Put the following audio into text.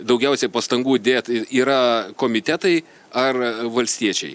daugiausiai pastangų dėt yra komitetai ar valstiečiai